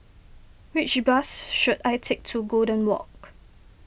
which bus should I take to Golden Walk